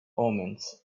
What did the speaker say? omens